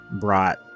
brought